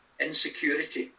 insecurity